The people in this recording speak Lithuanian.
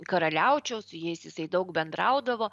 karaliaučiaus su jais jisai daug bendraudavo